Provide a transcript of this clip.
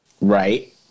Right